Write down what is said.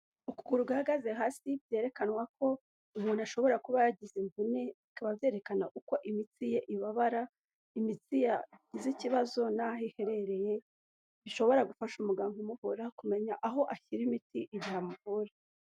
Ukuguru guhagaze hasi byerekanwa ko umuntu ashobora kuba yagize imvune, bikaba byerekana uko imitsi ye ibabara, imitsi yagize ikibazo n'aho iherereye bishobora gufasha umuganga umuvura kumenya aho ashyira imiti igihe amuvura.